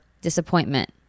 disappointment